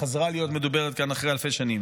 חזרה להיות מדוברת כאן אחרי אלפי שנים.